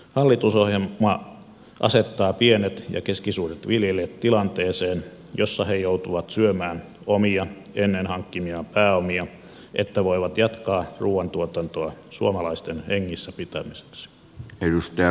hallitusohjelma asettaa pienet ja keskisuuret viljelijät tilanteeseen jossa he joutuvat syömään omia ennen hankkimiaan pääomia että voivat jatkaa ruuantuotantoa suomalaisten hengissä pitämiseksi